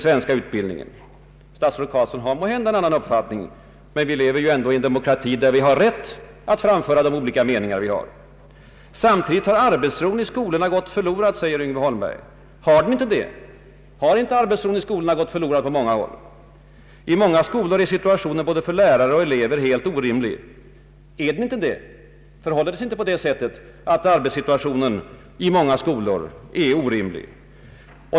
Statsrådet Carlsson har måhända en annan uppfattning. Men vi lever ju i en demokrati där vi har rätt att framföra olika meningar. ”Samtidigt har arbetsron i skolorna gått förlorad”, säger Yngve Holmberg. — Har den inte det? Har inte arbetsron på många håll i skolorna gått förlorad? ”I många skolor är situationen både för lärare och elever helt orimlig.” — Är den inte det? Förhåller det sig inte på det sättet att arbetssituationen i många skolor är orimlig?